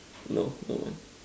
no no one